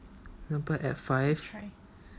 example add five